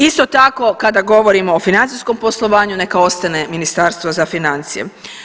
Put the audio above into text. Isto tako, kada govorimo o financijskom poslovanju, neka ostane ministarstvo za financije.